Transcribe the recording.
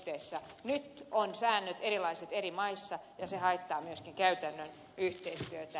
nyt säännöt ovat erilaiset eri maissa ja se haittaa myöskin käytännön yhteistyötä